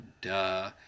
Duh